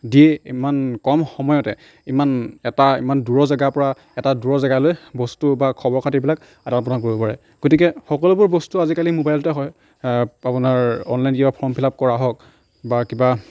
দি ইমান কম সময়তে ইমান এটা ইমান দূৰৰ জেগাৰপৰা এটা দূৰৰ জেগালৈ বস্তু বা খবৰ খাটিবিলাক আদান প্ৰদান কৰিব পাৰে গতিকে সকলোবোৰ বস্তু আজিকালি ম'বাইলতে হয় আপোনাৰ অনলাইন কিবা ফৰ্ম ফিল আপ কৰা হওক বা কিবা